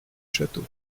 château